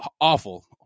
awful